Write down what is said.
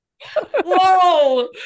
Whoa